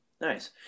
Nice